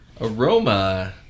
aroma